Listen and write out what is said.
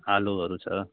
आलुहरू छ